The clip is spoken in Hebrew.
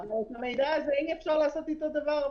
אדוני היושב-ראש, אי-אפשר לעשות דבר עם המידע.